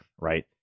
right